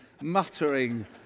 muttering